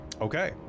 Okay